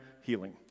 healing